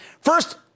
First